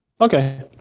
Okay